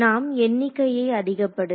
மாணவர் நாம் எண்ணிக்கையை அதிகப்படுத்த